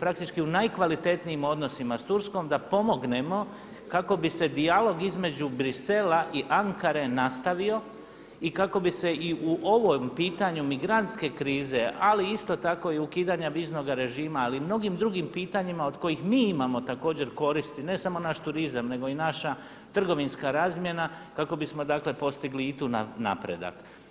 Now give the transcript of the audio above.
praktički u najkvalitetnijim odnosima s Turskom da pomognemo kako bi se dijalog između Brisela i Ankare nastavio i kako bi se i u ovom pitanju migranske krize ali isto tako i ukidanja viznoga režima ali i mnogim drugim pitanjima od kojim mi imamo također koristi, ne samo naš turizam nego i naša trgovinska razina kako bismo dakle postigli i tu napredak.